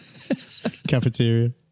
Cafeteria